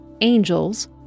angels